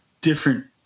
different